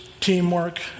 teamwork